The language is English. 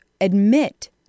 admit